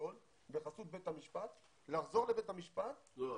גדול בחסות בית המשפט לחזור לבית המשפט --- לא,